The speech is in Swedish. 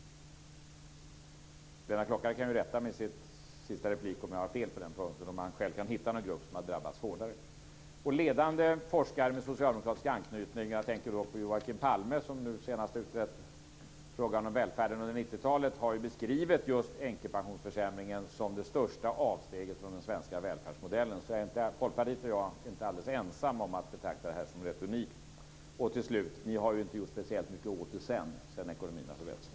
Lennart Klockare kan ju rätta mig i sin sista replik om jag har fel på den punkten, alltså om han själv kan hitta någon grupp som har drabbats hårdare. Ledande forskare med socialdemokratisk anknytning, jag tänker då på Joakim Palme, som nu senast har utrett frågan om välfärden under 90-talet, har ju beskrivit just änkepensionsförsämringen som det största avsteget från den svenska välfärdsmodellen. Folkpartiet och jag är alltså inte alldeles ensamma om att betrakta det här som retorik. Till slut vill jag säga att ni har ju inte gjort särskilt mycket åt saken senare, sedan ekonomin har förbättrats.